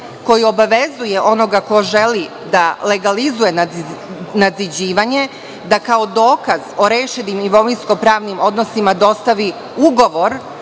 koji obavezuje onoga ko želi da legalizuje nadziđivanje, da kao dokaz o rešenim imovinsko-pravnim odnosima dostavi ugovor